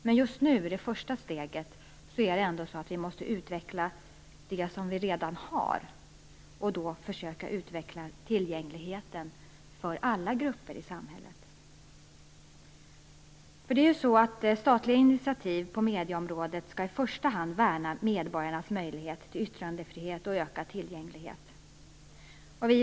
Men i det första steget måste det som redan finns utvecklas, och då försöka utveckla tillgängligheten för alla grupper i samhället. Statliga initiativ på medieområdet skall i första hand värna medborgarnas möjligheter till yttrandefrihet och ökad tillgänglighet.